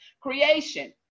creation